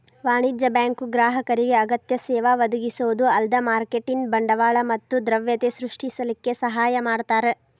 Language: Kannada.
ವಾಣಿಜ್ಯ ಬ್ಯಾಂಕು ಗ್ರಾಹಕರಿಗೆ ಅಗತ್ಯ ಸೇವಾ ಒದಗಿಸೊದ ಅಲ್ದ ಮಾರ್ಕೆಟಿನ್ ಬಂಡವಾಳ ಮತ್ತ ದ್ರವ್ಯತೆ ಸೃಷ್ಟಿಸಲಿಕ್ಕೆ ಸಹಾಯ ಮಾಡ್ತಾರ